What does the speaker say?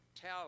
tell